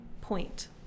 point